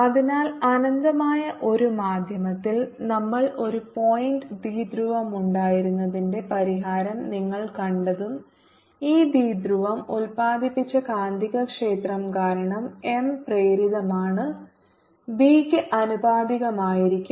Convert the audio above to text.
അതിനാൽ അനന്തമായ ഒരു മാധ്യമത്തിൽ നമ്മൾക്ക് ഒരു പോയിന്റ് ദ്വിധ്രുവമുണ്ടായിരുന്നതിന്റെ പരിഹാരം നിങ്ങൾ കണ്ടതും ഈ ദ്വിധ്രുവം ഉൽപാദിപ്പിച്ച കാന്തികക്ഷേത്രം കാരണം എം പ്രേരിതമാണ് ബിക്ക് ആനുപാതികമായിരിക്കും